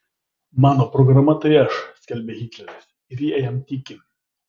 mano programa tai aš skelbia hitleris ir jie jam tiki